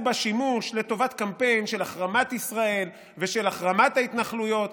בה שימוש לטובת קמפיין של החרמת ישראל ושל החרמת ההתנחלויות.